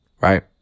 Right